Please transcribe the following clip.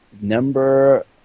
number